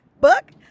book